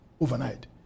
overnight